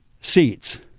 seats